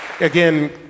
again